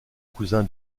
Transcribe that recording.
cousin